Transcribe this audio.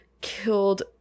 killed